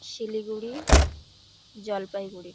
Siliguri Jalpaiguri